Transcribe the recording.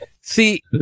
See